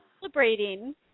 celebrating